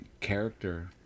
character